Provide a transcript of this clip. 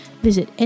Visit